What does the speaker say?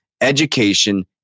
education